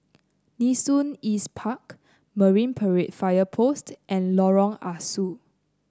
Nee Soon East Park Marine Parade Fire Post and Lorong Ah Soo